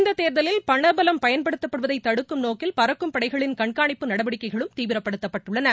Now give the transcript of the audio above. இந்த தேர்தலில் பணபலம் பயன்படுத்தப்படுவதை தடுக்கும் நோக்கில் பறக்கும் பளடகளின் கண்காணிப்பு நடவடிக்கைகளும் தீவிரப்படுத்தப்பட்டுள்ளன